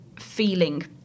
feeling